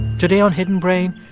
today on hidden brain,